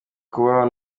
kubaho